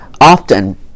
Often